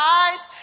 eyes